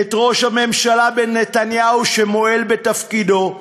את ראש הממשלה נתניהו, שמועל בתפקידו,